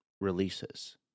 releases